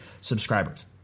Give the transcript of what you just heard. subscribers